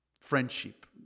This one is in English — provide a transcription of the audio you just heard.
friendship